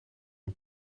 een